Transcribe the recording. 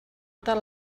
ter